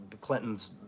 Clinton's